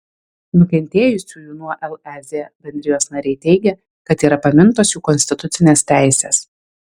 nukentėjusiųjų nuo lez bendrijos nariai teigia kad yra pamintos jų konstitucinės teisės